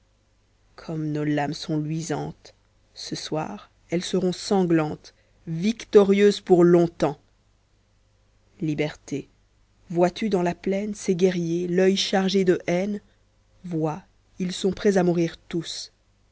comme nos lames sont luisantes ce soir elles seront sanglantes victorieuses pour longtemps liberlé vols tu dans la plaine ces guerriers l'oeil chargé de haine vois ils sont prêts à mourir tous